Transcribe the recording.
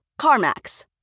CarMax